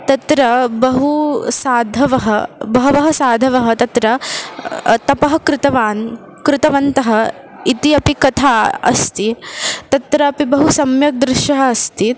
तत्र बहु साधवः बहवः साधवः तत्र तपः कृतवान् कृतवन्तः इति अपि कथा अस्ति तत्रापि बहु सम्यक् दृश्यः अस्ति